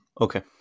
Okay